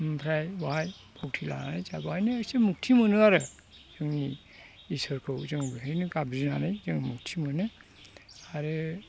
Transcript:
ओमफ्राय बहाय भक्ति लानानै जाहा बाहायनो एसे मुक्ति मोनो आरो जोंनि इसोरखौ जों बेहायनो गाबज्रिनानै जों मुक्ति मोनो आरो